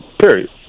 period